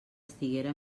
estiguera